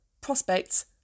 prospects